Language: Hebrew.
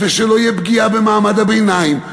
שלא תהיה פגיעה במעמד הביניים,